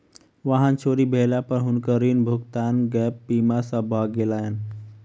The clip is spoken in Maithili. वाहन चोरी भेला पर हुनकर ऋण भुगतान गैप बीमा सॅ भ गेलैन